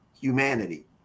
humanity